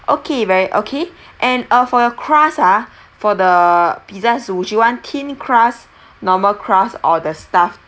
okay very okay and uh for your crust ah for the pizzas would you want thin crust normal crust or the stuffed